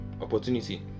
opportunity